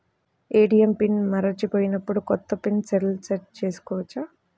ATM PIN మరచిపోయినప్పుడు, కొత్త PIN సెల్లో సెట్ చేసుకోవచ్చా?